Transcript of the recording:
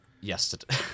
yesterday